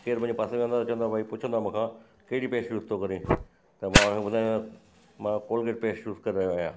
केरु मुंहिंजे पासे वेहंदो आहे त चवंदो आहे भई पुछंदो आहे मूंखां कहिड़ी पेस्ट यूज़ थो करीं त मां हुन खे ॿुधाईंदो आहियां मां कोलगेट पेस्ट यूज़ कंदो आहियां